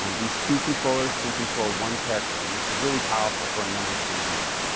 um these two controllers can control one character, and this is really powerful for a number of scenarios.